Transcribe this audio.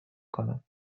کنم